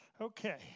Okay